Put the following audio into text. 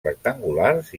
rectangulars